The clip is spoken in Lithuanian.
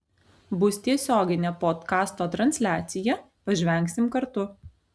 bus tiesioginė podkasto transliacija pažvengsim kartu